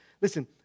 Listen